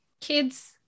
kids